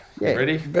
Ready